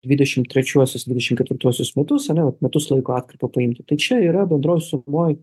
dvidešim trečiuosius dvidešim ketvirtuosius metus seniau metus laiko atkarpą paimti tai čia yra bendroj sumoj